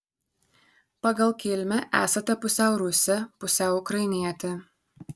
pagal kilmę esate pusiau rusė pusiau ukrainietė